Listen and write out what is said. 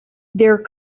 their